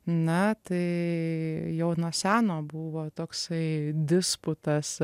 na tai jau nuo seno buvo toksai disputas